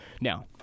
Now